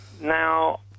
Now